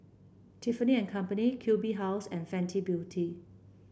Tiffany And Company Q B House and Fenty Beauty